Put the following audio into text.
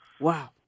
Wow